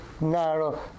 narrow